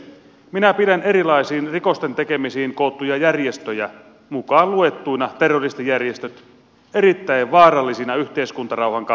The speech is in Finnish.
minä pidän erilaisia rikosten tekemisiin koottuja järjestöjä mukaan luettuina terroristijärjestöt erittäin vaarallisina yhteiskuntarauhan kannalta